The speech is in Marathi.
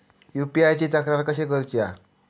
यू.पी.आय ची तक्रार कशी करुची हा?